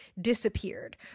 disappeared